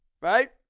right